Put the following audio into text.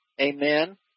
amen